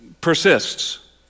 persists